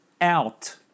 out